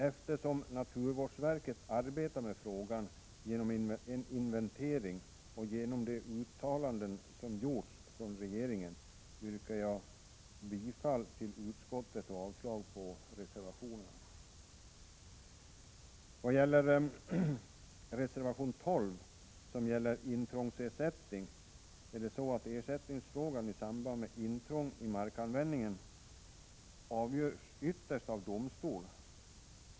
Eftersom naturvårdsverket arbetar med frågan genom en inventering, och med tanke på de uttalanden som gjorts från regeringen, yrkar jag bifall till utskottets hemställan och avslag på reservationen. Reservation nr 12 gäller intrångsersättning. Frågorna om ersättning i samband med intrång i markanvändningen avgörs ytterst av domstol.